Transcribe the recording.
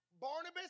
Barnabas